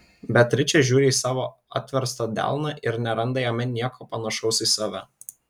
beatričė žiūri į savo atverstą delną ir neranda jame nieko panašaus į save